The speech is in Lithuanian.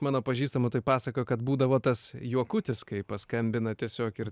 mano pažįstamų tai pasakojo kad būdavo tas juokutis kai paskambina tiesiog ir